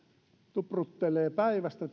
tupruttelee päivästä